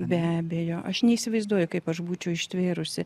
be abejo aš neįsivaizduoju kaip aš būčiau ištvėrusi